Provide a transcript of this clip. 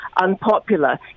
unpopular